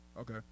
Okay